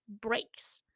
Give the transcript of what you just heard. breaks